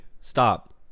Stop